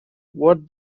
what